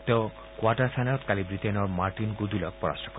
তেওঁ কোৱাৰ্টাৰ ফাইনেলত কালি ব্ৰিটেইনৰ মাৰ্টিন গুডউইলক পৰাস্ত কৰে